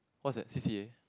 what's that C_C_A